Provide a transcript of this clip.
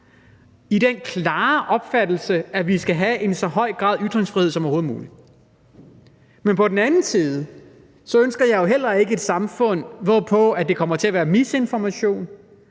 af den klare opfattelse, at vi skal have en så høj grad af ytringsfrihed som overhovedet muligt, men på den anden side ønsker jeg heller ikke et samfund, hvor der kommer til at være misinformation,